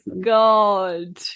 God